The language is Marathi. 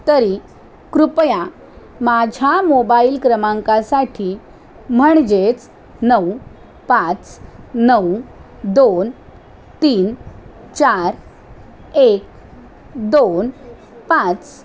तरी कृपया माझ्या मोबाईल क्रमांकासाठी म्हणजेच नऊ पाच नऊ दोन तीन चार एक दोन पाच